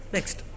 Next